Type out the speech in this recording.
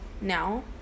now